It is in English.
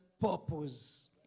purpose